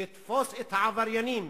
תתפוס את העבריינים,